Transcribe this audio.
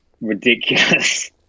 ridiculous